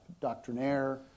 doctrinaire